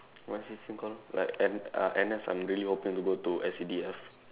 what's this thing called like N uh N_S I'm really hoping to go to S_C_D_F_